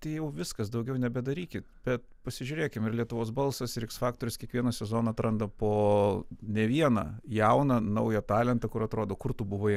tai jau viskas daugiau nebedarykit bet pasižiūrėkim ir lietuvos balsas ir x faktorius kiekvieną sezoną atranda po ne vieną jauną naują talentą kur atrodo kur tu buvai